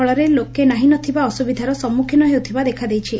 ଫଳରେ ଲୋକେ ନାହି ନଥିବା ଅସ୍ବିଧାର ସମ୍ମଖୀନ ହେଉଥିବା ଦେଖାଯାଇଛି